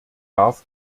darf